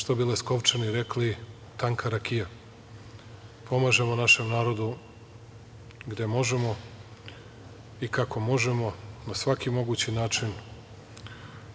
što bi Leskovčani rekli, tanka rakija. Pomažemo našem narodu gde možemo i kako možemo na svaki mogući način,